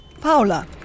Paula